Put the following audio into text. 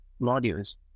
modules